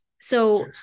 So-